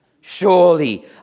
surely